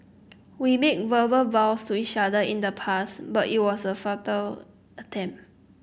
we made verbal vows to each other in the past but it was a futile attempt